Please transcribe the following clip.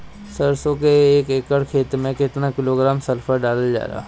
सरसों क एक एकड़ खेते में केतना किलोग्राम सल्फर डालल जाला?